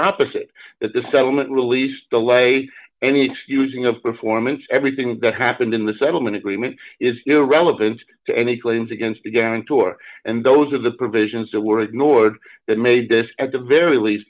opposite that the settlement release delay any excusing of performance everything that happened in the settlement agreement is irrelevant to any claims against a guarantor and those are the provisions that were ignored that made this at the very least